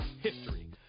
history